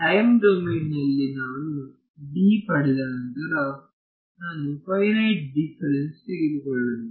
time ಡೊಮೇನ್ನಲ್ಲಿ ನಾನು D ಪಡೆದ ನಂತರ ನಾನು ಫೈನೈಟ್ ಡಿಫರೆನ್ಸ್ ತೆಗೆದುಕೊಳ್ಳಬಹುದು